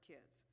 Kids